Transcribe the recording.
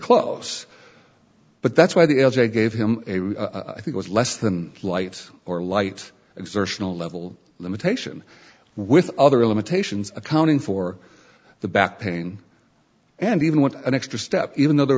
close but that's why the l j gave him i think was less than lights or light exertional level limitation with other limitations accounting for the back pain and even want an extra step even though there